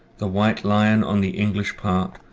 the white li n on the english part,